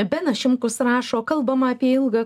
benas šimkus rašo kalbama apie ilgą